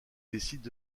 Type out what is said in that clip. décident